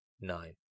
nine